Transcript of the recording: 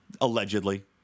Allegedly